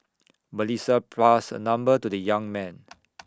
Melissa passed her number to the young man